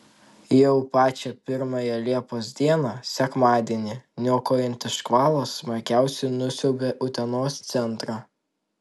jau pačią pirmąją liepos dieną sekmadienį niokojantis škvalas smarkiausiai nusiaubė utenos centrą